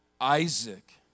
Isaac